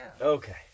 Okay